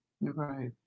Right